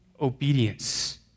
obedience